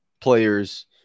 players